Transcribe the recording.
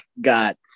got